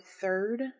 third